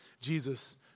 Jesus